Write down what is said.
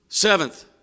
Seventh